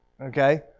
Okay